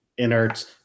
inerts